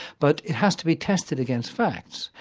but it has to be tested against facts,